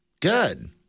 Good